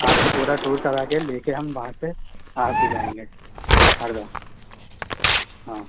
आपको पूरा टूर करा के लेके हम वहाँ पे आप भी जाएँगे हरदा हाँ